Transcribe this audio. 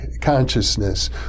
consciousness